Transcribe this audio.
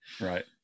Right